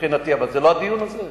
אבל זה לא הדיון הזה.